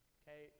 okay